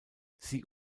sie